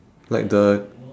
like the